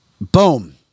boom